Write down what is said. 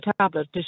tablet